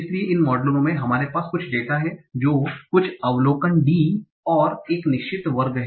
इसलिए इन मॉडलों में हमारे पास कुछ डेटा हैं जो कुछ अवलोकन डी और एक निश्चित वर्ग हैं